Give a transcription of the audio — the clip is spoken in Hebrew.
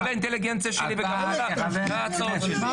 לא לאינטליגנציה שלי --- תפסיק להפריע לו.